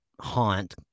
haunt